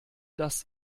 das